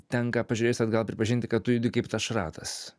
tenka pažiūrėjus atgal pripažinti kad tu judi kaip tas šratas